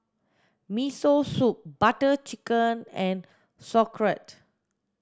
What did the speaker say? Miso Soup Butter Chicken and Sauerkraut